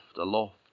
aloft